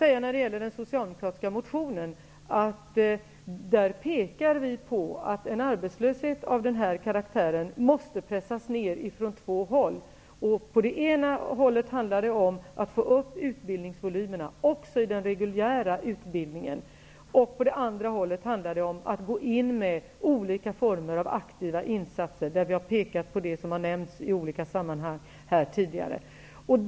I den socialdemokratiska motionen pekar vi på att en arbetslöshet av den här karaktären måste pressas ned ifrån två håll. På det ena hållet handlar det om att få upp utbildningsvolymerna också i den reguljära utbildningen. På det andra hållet handlar det om att gå in med olika former av aktiva insatser. Vi har pekat på det som i olika sammanhang tidigare har nämnts här.